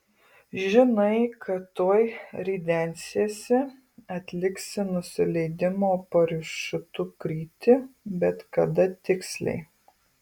žinai kad tuoj ridensiesi atliksi nusileidimo parašiutu krytį bet kada tiksliai